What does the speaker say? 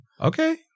Okay